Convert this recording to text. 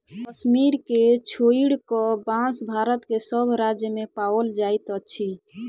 कश्मीर के छोइड़ क, बांस भारत के सभ राज्य मे पाओल जाइत अछि